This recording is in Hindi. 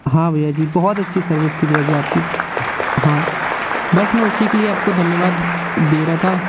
हाँ भैया जी बहुत अच्छी सर्विस थी भैया जी आपकी हाँ बस मैं उसी के लिए आपको धन्यवाद दे रहा था